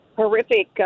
horrific